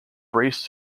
braced